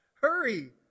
hurry